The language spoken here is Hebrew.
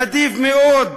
נדיב מאוד,